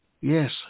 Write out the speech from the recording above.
Yes